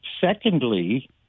Secondly